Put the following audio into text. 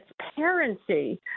transparency